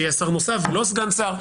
שיהיה שר נוסף ולא סגן שר.